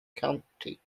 county